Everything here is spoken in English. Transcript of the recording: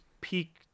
peak